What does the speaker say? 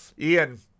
Ian